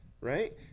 right